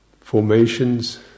formations